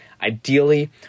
ideally